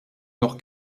noch